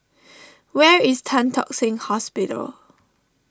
where is Tan Tock Seng Hospital